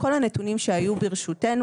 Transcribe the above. כל הנתונים שהיו ברשותנו,